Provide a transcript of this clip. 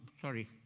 Sorry